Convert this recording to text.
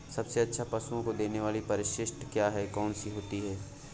सबसे अच्छा पशुओं को देने वाली परिशिष्ट क्या है? कौन सी होती है?